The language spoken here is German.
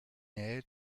nähe